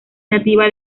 nativa